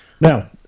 Now